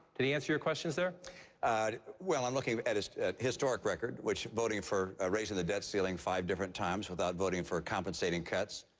did he answer your questions there? romney well i'm looking at his historic record, which voting for raising the debt ceiling five different times without voting for compensating cuts.